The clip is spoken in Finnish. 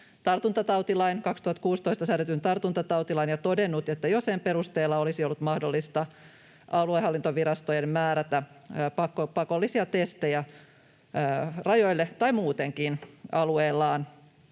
2016 säädetyn tartuntatautilain, ja todennut, että jo sen perusteella olisi ollut mahdollista aluehallintovirastojen määrätä pakollisia testejä rajoille tai muutenkin alueillaan,